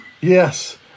Yes